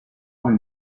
con